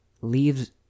leaves